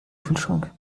kühlschrank